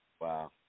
Wow